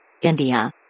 India